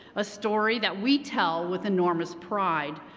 a story that we tell with enormous pride.